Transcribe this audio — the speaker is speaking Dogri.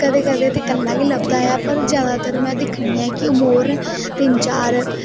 कदें कदें ते कल्ला गे लभदा ऐ पर ज्यादातर में दिक्खनी आं कि ओह मोर तिन चार